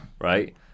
right